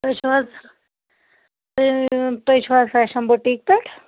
تُہۍ چھُو حظ تُہۍ چھُو حظ فیشن بُٹیٖک پٮ۪ٹھ